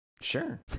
Sure